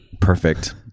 Perfect